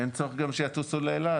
אין צורך גם שיטוסו לאילת.